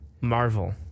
Marvel